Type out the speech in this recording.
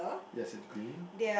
yes it's green